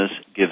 gives